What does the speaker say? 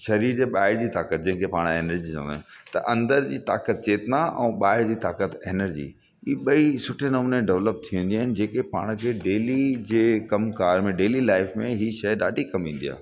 शरीर जे ॿाहिर जी ताकत जेके पाण एनर्जी त अंदरु जी ताक़त चेतना ऐं ॿाहिर जी ताक़त एनर्जी ई ॿई सुठे नमूने डव्लप थी वेंदियूं आहिनि जेके पाण खे डेली जे कमकार में डेली लाइफ में ई शइ ॾाढी कमु ईंदी आहे